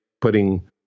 putting